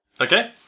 Okay